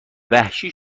وحشی